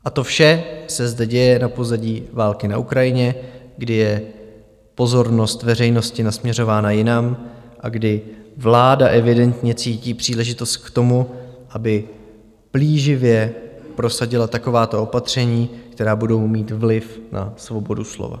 A to vše se zde děje na pozadí války na Ukrajině, kdy je pozornost veřejnosti nasměřována jinam a kdy vláda evidentně cítí příležitost k tomu, aby plíživě prosadila takováto opatření, která budou mít vliv na svobodu slova.